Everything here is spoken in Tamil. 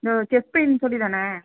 தோ செஸ்ட் பெயின் சொல்லி தானே